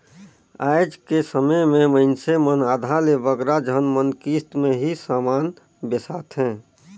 आएज कर समे में मइनसे मन आधा ले बगरा झन मन किस्त में ही समान बेसाथें